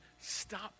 stop